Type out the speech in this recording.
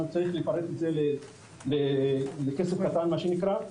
צריך לפרק את זה לכסף קטן מה שנקרא.